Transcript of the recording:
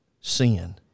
sin